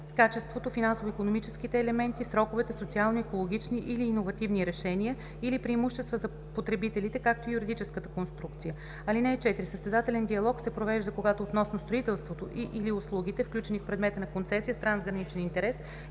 качеството, финансово-икономическите елементи, сроковете, социални, екологични или иновативни решения, или преимущества за потребителите, както и юридическата конструкция. (4) Състезателен диалог се провежда когато относно строителството и/или услугите, включени в предмета на концесия с трансграничен интерес,